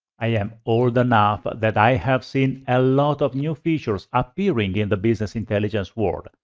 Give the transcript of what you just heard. i am old enough but that i have seen a lot of new features appearing in the business intelligence world.